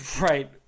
Right